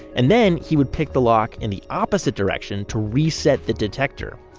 and then he would pick the lock in the opposite direction to reset the detector.